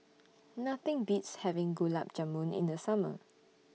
Nothing Beats having Gulab Jamun in The Summer